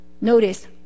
Notice